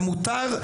ומותר,